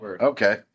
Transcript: Okay